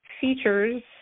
features